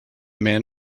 man